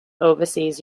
overseas